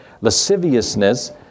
lasciviousness